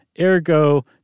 ergo